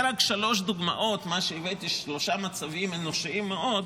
מה שהבאתי אלו רק שלוש דוגמאות,